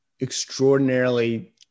extraordinarily